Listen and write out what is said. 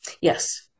Yes